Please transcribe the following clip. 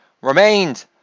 remained